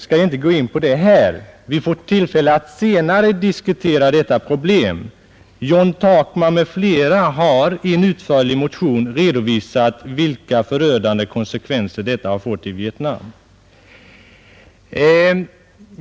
Vi får senare tillfälle att diskutera detta problem; John Takman m.fl. har i en utförlig motion redovisat vilka förödande konsekvenser dessa har fått i Vietnam.